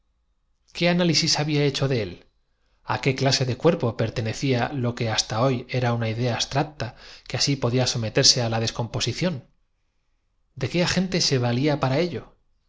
qué análisis había hecho de él á qué clase de cuerpos pertenecía lo que hasta hoy era una idea abstracta que así podía someterse á la descomposi ción de qué agentes se valía para ello